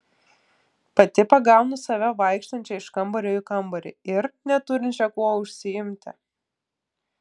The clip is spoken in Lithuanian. pati pagaunu save vaikštančią iš kambario į kambarį ir neturinčią kuo užsiimti